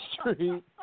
street